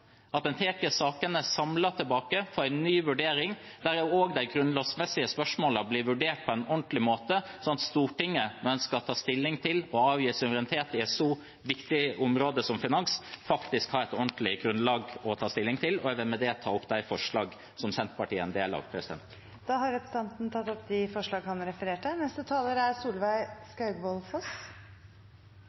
er at man tar sakene samlet tilbake for en ny vurdering, der også de grunnlovsmessige spørsmålene blir vurdert på en ordentlig måte, slik at Stortinget, når en skal ta stilling til å avgi suverenitet på et så viktig område som finans, faktisk har et ordentlig grunnlag å ta stilling til. Jeg vil med det ta opp de forslagene Senterpartiet er en del av. Representanten Sigbjørn Gjelsvik har tatt opp de forslagene han refererte